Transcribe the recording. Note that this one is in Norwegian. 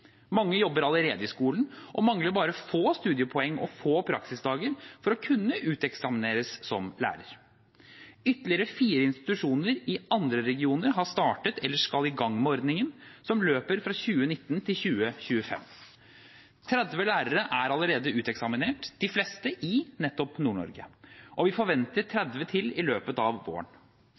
Mange jobber allerede i skolen og mangler bare få studiepoeng og få praksisdager for å kunne uteksamineres som lærere. Ytterligere fire institusjoner i andre regioner har startet eller skal i gang med ordningen, som løper fra 2019 til 2025. 30 lærere er allerede uteksaminert – de fleste nettopp i Nord-Norge – og vi forventer 30 til i løpet av våren.